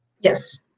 Yes